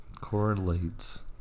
correlates